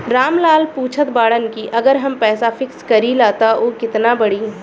राम लाल पूछत बड़न की अगर हम पैसा फिक्स करीला त ऊ कितना बड़ी?